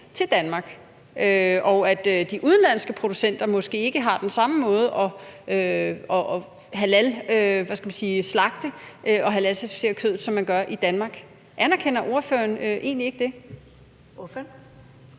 til Danmark, og at de udenlandske producenter måske ikke har den samme måde at halalslagte og halalcertificere kød på som i Danmark? Anerkender ordføreren egentlig ikke det? Kl.